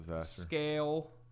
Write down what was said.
scale